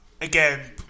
again